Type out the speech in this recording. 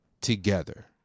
together